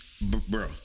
bro